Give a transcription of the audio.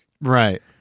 Right